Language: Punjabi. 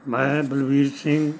ਮੈਂ ਬਲਵੀਰ ਸਿੰਘ